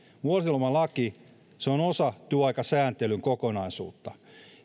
vuosilomalaki on osa työaikasääntelyn kokonaisuutta